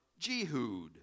Jehud